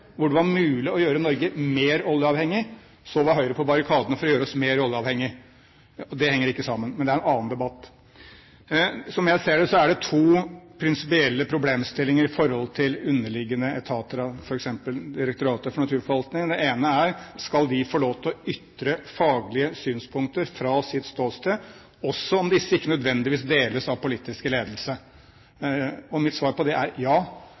hvor det var mulig å gjøre Norge mer oljeavhengig, var Høyre på barrikadene for å gjøre oss mer oljeavhengig. Det henger ikke sammen, men det er en annen debatt. Som jeg ser det, er det to prinsipielle problemstillinger i forhold til underliggende etater, f.eks. Direktoratet for naturforvaltning. Det ene er: Skal de få lov til å ytre faglige synspunkter fra sitt ståsted, også om disse ikke nødvendigvis deles av den politiske ledelse? Mitt svar på det er: Ja.